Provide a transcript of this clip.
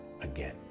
again